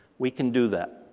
we can do that.